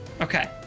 Okay